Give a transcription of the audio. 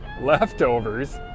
leftovers